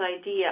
idea